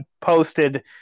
posted